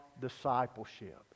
discipleship